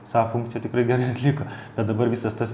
sa funkciją tikrai gerai atliko bet dabar visas tas